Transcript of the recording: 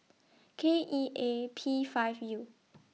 K E A P five U